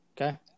Okay